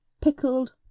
pickled